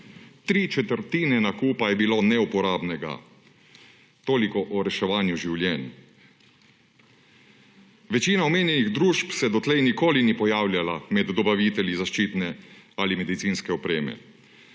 Tri četrtine nakupa je bilo neuporabnega. Toliko o reševanju življenj. Večina omenjenih družb se dotlej nikoli ni pojavljala med dobavitelji zaščitne ali medicinske opreme,